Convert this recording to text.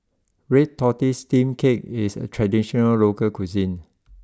Red Tortoise Steamed Cake is a traditional local cuisine